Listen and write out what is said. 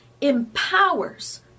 empowers